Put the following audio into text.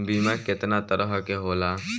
बीमा केतना तरह के होला?